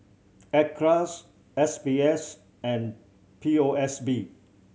Acres S B S and P O S B